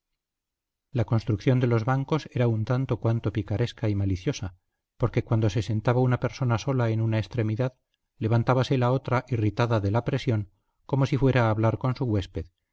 la construcción de los bancos era un tanto cuanto picaresca y maliciosa porque cuando se sentaba una persona sola en una extremidad levantábase la otra irritada de la presión como si fuera a hablar con su huésped